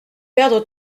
perdre